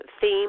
theme